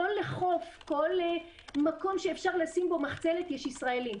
כל חוף, כל מקום שאפשר לשים בו מחצלת, יש ישראלים.